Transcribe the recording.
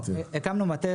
שהקמנו,